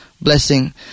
blessing